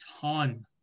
ton